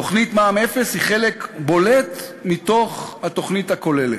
תוכנית מע"מ אפס היא חלק בולט מתוך התוכנית הכוללת.